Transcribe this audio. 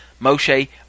Moshe